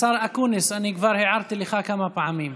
השר אקוניס, אני כבר הערתי לך כמה פעמים.